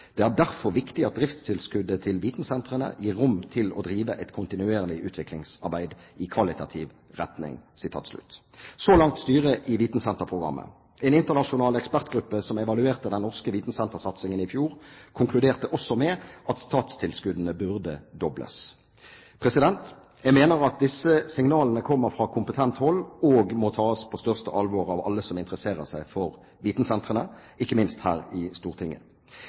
Det er derfor viktig at driftstilskuddet til vitensentrene gir rom til å drive et kontinuerlig utviklingsarbeid i kvalitativ retning.» Så langt styret i Vitensenterprogrammet. En internasjonal ekspertgruppe som evaluerte den norske vitensentersatingen i fjor, konkluderte også med at statstilskuddene burde dobles. Jeg mener at disse signalene kommer fra kompetent hold og må tas på største alvor av alle som interesserer seg for vitensentrene, ikkje minst her i Stortinget.